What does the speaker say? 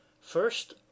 First